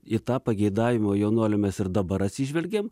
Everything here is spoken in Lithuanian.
tą pageidavimą jaunuolių mes ir dabar atsižvelgėm